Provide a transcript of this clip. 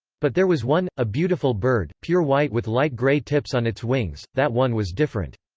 but there was one, a beautiful bird, pure white with light grey tips on its wings that one was different.